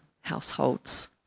households